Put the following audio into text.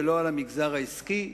ולא על המגזר העסקי,